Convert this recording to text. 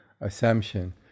assumption